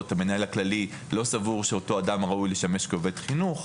המנהל הכללי לא סבור שאותו אדם ראוי לשמש כעובד חינוך,